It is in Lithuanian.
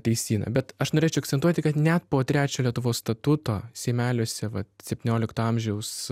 teisyną bet aš norėčiau akcentuoti kad net po trečio lietuvos statuto seimeliuose vat septyniolikto amžiaus